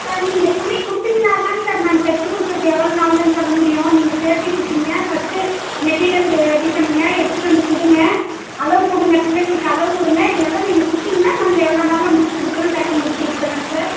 sir நீங்கள் துணி கொடுத்தீங்கனாதாங்க சார் நாங்கள் தைச்சி கொடுக்குறது எவ்வளவு நாளில்னு சொல்ல முடியும் நீங்கள் பேசிகிட்டுருக்கீங்க ஃபஸ்ட்டு மெட்டிரியல் ரெடி பண்ணுங்கள் எடுத்துட்டு வந்து கொடுங்க அளவு கொடுங்க பிள்ளைங்களுக்கு அளவு கொடுங்க இதெல்லாம் நீங்கள் கொடுத்திங்கன்னா நாங்கள் எவ்வளவு நாளில் முடித்து கொடுக்குற டக்குன்னு முடித்து குடுத்துர்றங்க சார்